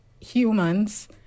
humans